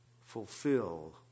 fulfill